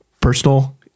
personal